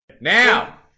Now